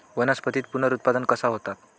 वनस्पतीत पुनरुत्पादन कसा होता?